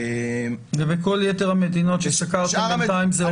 לגבי כל יתר המדינות שסקרתם בינתיים זה opt-in.